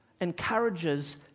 Encourages